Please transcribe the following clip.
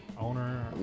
Owner